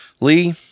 Lee